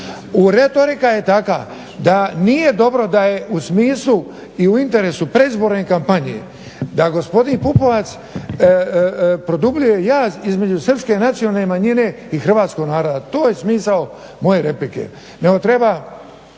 Retorika je takva da nije dobro da je u smislu i u interesu predizborne kampanje da gospodin Pupovac produbljuje jaz između Srpske nacionalne manjine i hrvatskog naroda. To je smisao moje replike,